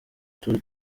tour